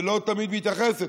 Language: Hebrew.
ולא תמיד מתייחסת.